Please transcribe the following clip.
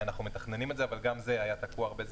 אנחנו מתכננים את זה אבל גם זה היה תקוע הרבה זמן.